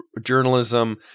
journalism